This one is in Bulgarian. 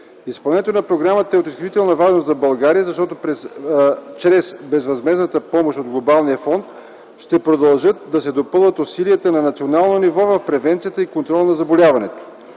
Изпълнението на програмата е от изключителна важност за България, защото чрез безвъзмездната помощ от Глобалния фонд ще продължат да се допълват усилията на национално ниво по превенцията и контрола на заболяванията.